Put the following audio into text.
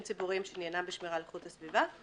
ציבוריים שעניינם בשמירה על איכות הסביבה,